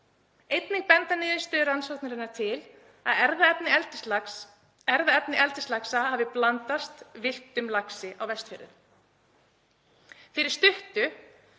Einnig benda niðurstöður rannsóknarinnar til þess að erfðaefni eldislaxa hafi blandast villtum laxi á Vestfjörðum. Fyrir stuttu